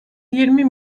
yirmi